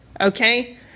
Okay